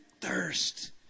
thirst